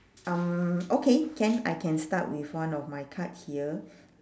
um okay can I can start with one of my card here